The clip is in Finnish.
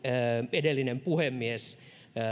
edellinen puhemies